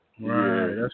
Right